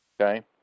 okay